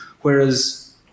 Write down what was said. Whereas